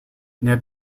near